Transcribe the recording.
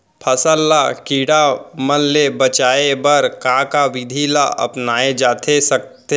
फसल ल कीड़ा मन ले बचाये बर का का विधि ल अपनाये जाथे सकथे?